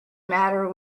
matter